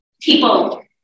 people